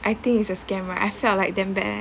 I think is a scam right I felt like damn bad eh